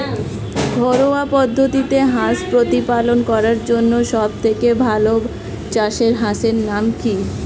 ঘরোয়া পদ্ধতিতে হাঁস প্রতিপালন করার জন্য সবথেকে ভাল জাতের হাঁসের নাম কি?